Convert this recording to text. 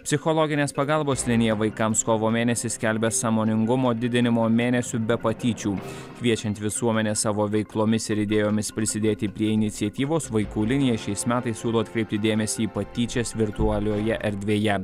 psichologinės pagalbos linija vaikams kovo mėnesį skelbia sąmoningumo didinimo mėnesiu be patyčių kviečiant visuomenę savo veiklomis ir idėjomis prisidėti prie iniciatyvos vaikų linija šiais metais siūlo atkreipti dėmesį į patyčias virtualioje erdvėje